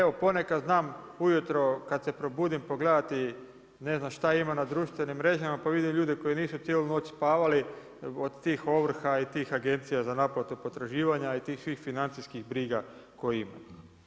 Evo ponekad znam ujutro kad se probudim, pogledati, ne znam šta ima na društvenim mrežama, pa vidim ljude koji nisu cijelu noć spavali od tih ovrha i tih agencija za naplatu potraživanja i tih svih financijskih briga koje ima.